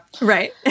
Right